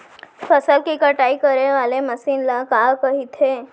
फसल की कटाई करे वाले मशीन ल का कइथे?